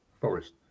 forest